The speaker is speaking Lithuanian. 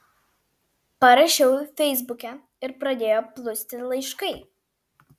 parašiau feisbuke ir pradėjo plūsti laiškai